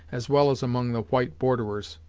as well as among the white borderers,